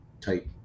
type